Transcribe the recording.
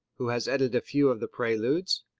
who has edited a few of the preludes,